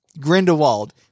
Grindelwald